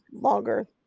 longer